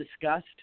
discussed